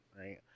right